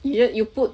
!eeyer! you put